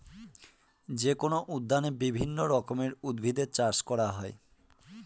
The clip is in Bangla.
যেকোনো উদ্যানে বিভিন্ন রকমের উদ্ভিদের চাষ করা হয়